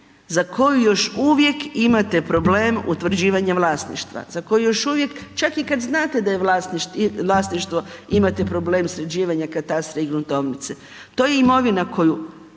za koju još uvijek imate problem utvrđivanje vlasništva, za koju još uvijek čak i kada znate da je vlasništvo imate problem sređivanja katastra i gruntovnice, to je imovina koju